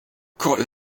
kolla